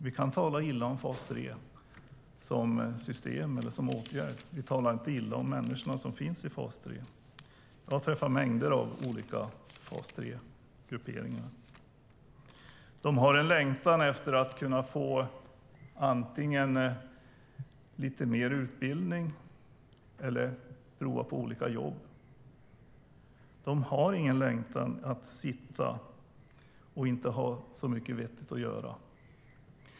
Vi kan tala illa om fas 3 som system eller som åtgärd, men vi talar inte illa om människorna som finns i fas 3. Jag har träffat mängder av olika fas 3-grupperingar. De har en längtan efter att få antingen lite mer utbildning eller prova på olika jobb. De har ingen längtan efter att sitta och inte ha så mycket vettigt att göra.